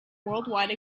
worldwide